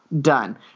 Done